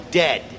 dead